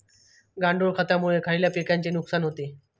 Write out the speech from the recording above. गांडूळ खतामुळे खयल्या पिकांचे नुकसान होते?